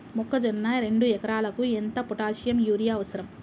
మొక్కజొన్న రెండు ఎకరాలకు ఎంత పొటాషియం యూరియా అవసరం?